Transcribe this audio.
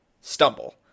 stumble